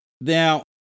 Now